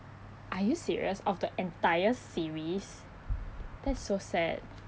are you serious of the entire series that's so sad